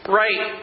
right